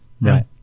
Right